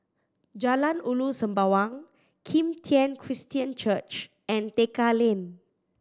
Jalan Ulu Sembawang Kim Tian Christian Church and Tekka Lane